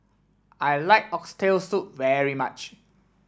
I like Oxtail Soup very much